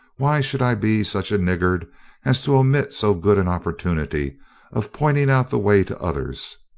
why should i be such a niggard as to omit so good an opportunity of pointing out the way to others.